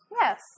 Yes